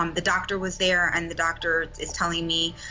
um the doctor was there and the doctor is telling me,